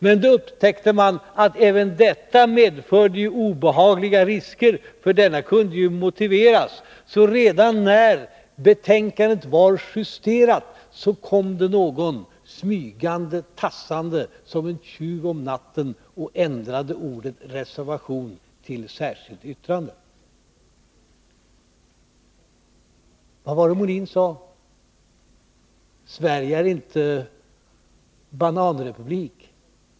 Men då upptäckte man att även detta medförde obehagliga risker, för momshöjningen kunde ju motiveras så efteråt, sedan betänkandet var justerat, kom det någon tassande som en tjuv om natten och ändrade ordet ”Reservation” till ”Särskilt yttrande”. Vad var det Björn Molin sade? Sverige är inte någon bananrepublik.